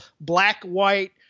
black-white